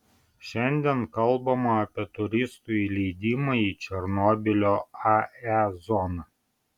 šiandien kalbama apie turistų įleidimą į černobylio ae zoną